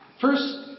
First